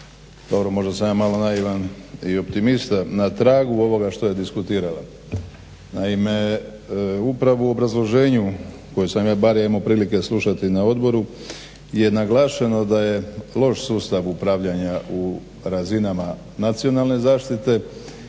dobro možda sam ja malo naivan i optimista, na tragu ovoga što je diskutirala. Naime, upravo u obrazloženju koje sam ja bar imao prilike slušati na odboru je naglašeno da je loš sustav upravljanja u razinama nacionalne zaštite